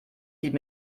hielt